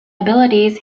abilities